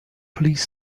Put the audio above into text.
please